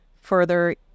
further